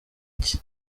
iki